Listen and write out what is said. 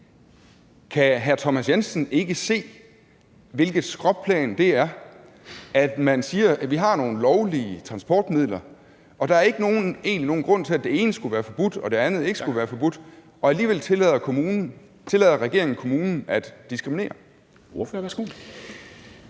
Kan hr. Thomas Jensen ikke se, hvilket skråplan det er, at man siger: Vi har nogle lovlige transportmidler, og der er egentlig ikke nogen grund til, at det ene skulle være forbudt, og at det andet ikke skulle være forbudt – og alligevel tillader regeringen kommunen at diskriminere? Kl.